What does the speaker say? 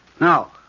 Now